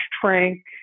Trank